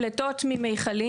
פליטות ממיכלים